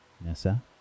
Nessa